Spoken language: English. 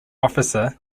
officer